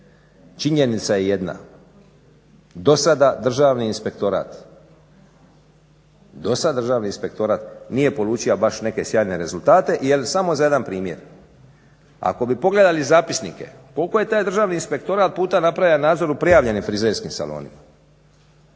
Činjenica je jedna, do sada Državni inspektorat nije polučio baš neke sjajne rezultate jel, samo za jedan primjer. Ako bi pogledali zapisnike koliko je taj Državni inspektorat puta napravio nadzor u prijavljenim frizerskim salonima?